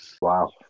Wow